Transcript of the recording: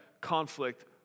conflict